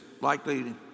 likely